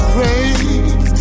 raised